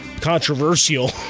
Controversial